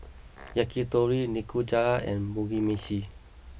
Yakitori Nikujaga and Mugi Meshi